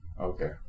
Okay